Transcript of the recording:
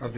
of the